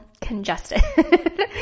congested